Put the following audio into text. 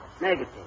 Negative